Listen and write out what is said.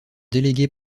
délégué